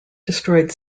destroyed